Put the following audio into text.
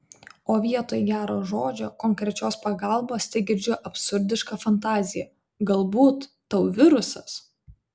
o vietoj gero žodžio konkrečios pagalbos tegirdžiu absurdišką fantaziją galbūt tau virusas